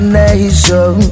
nation